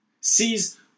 Sees